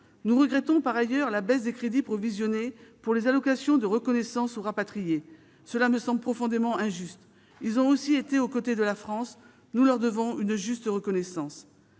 Nous regrettons la baisse des crédits provisionnés pour les allocations de reconnaissance aux rapatriés qui me semble profondément injuste. Ils ont aussi été aux côtés de la France ; nous leur devons une juste reconnaissance.